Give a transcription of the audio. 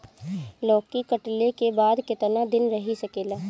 लौकी कटले के बाद केतना दिन रही सकेला?